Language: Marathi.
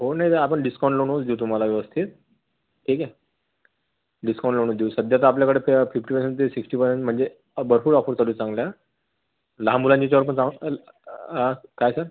हो नाही तर आपण डिस्काऊंट लावूनच देऊ तुम्हाला व्यवस्थित ठीक आहे डिस्काऊंट लावूनच देऊ सध्या तर आपल्याकडं त्या फिफ्टी पर्सेंट ते सिक्स्टीपर्यंत म्हणजे भरपूर ऑफर चालू आहेत चांगल्या लहान मुलांच्या याच्यावर पण काय सर